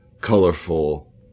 colorful